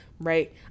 right